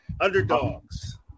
underdogs